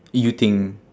you think